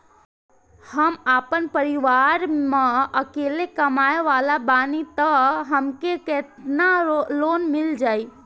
हम आपन परिवार म अकेले कमाए वाला बानीं त हमके केतना लोन मिल जाई?